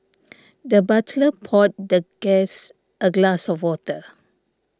the butler poured the guest a glass of water